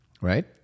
right